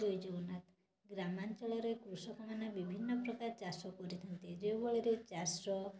ଜୟ ଜଗନ୍ନାଥ ଗ୍ରାମାଞ୍ଚଳରେ କୃଷକମାନେ ବିଭିନ୍ନ ପ୍ରକାରର ଚାଷ କରିଥାନ୍ତି ଯେଉଁ ଭଳିରେ ଚାଷ